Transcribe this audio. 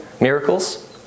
Miracles